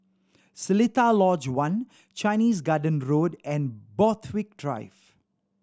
Seletar Lodge One Chinese Garden Road and Borthwick Drive